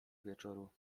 wieczoru